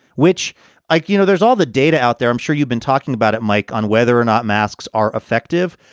which i you know, there's all the data out there. i'm sure you've been talking about it, mike. on whether or not masks are effective.